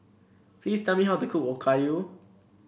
please tell me how to cook Okayu